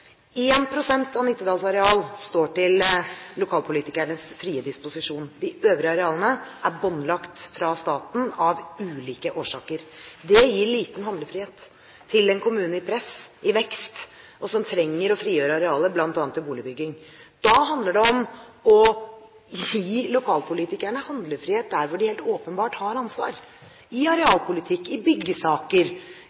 Én prosent av Nittedals areal står til lokalpolitikernes frie disposisjon. De øvrige arealene er båndlagt av staten av ulike årsaker. Det gir liten handlefrihet til en kommune i vekst som trenger å frigjøre areal bl.a. til boligbygging. Da handler det om å gi lokalpolitikerne handlefrihet der hvor de helt åpenbart har ansvar – i